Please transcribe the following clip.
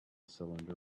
cylinder